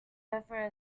over